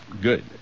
good